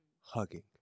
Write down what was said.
hugging